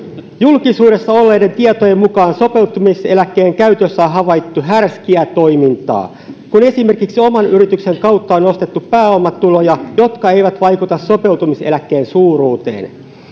julkisuudessa olleiden tietojen mukaan sopeutumiseläkkeen käytössä on havaittu härskiä toimintaa kun esimerkiksi oman yrityksen kautta on nostettu pääomatuloja jotka eivät vaikuta sopeutumiseläkkeen suuruuteen